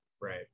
right